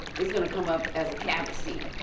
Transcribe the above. it's gonna come up as a cabbage seed.